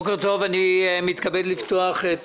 בוקר טוב, אני מתכבד לפתוח את